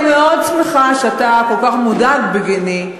אני מאוד שמחה שאתה כל כך מודאג בגיני,